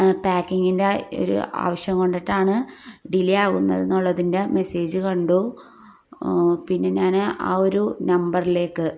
പാക്കിങ്ങിൻ്റെ ഒരു ആവശ്യം കൊണ്ടിട്ടാണ് ഡിലേ ആകുന്നത് എന്നുള്ളതിൻ്റെ മെസ്സേജ് കണ്ടു പിന്നെ ഞാൻ ആ ഒരു നമ്പറിലേക്ക്